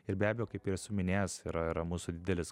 ir be abejo kaip ir esu minėjęs yra yra mūsų didelis